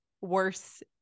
worse